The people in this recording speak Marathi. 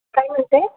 काय होत आहे